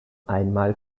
einmal